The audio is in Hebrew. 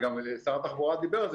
וגם שר התחבורה דיבר על זה,